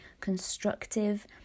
constructive